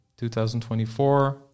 2024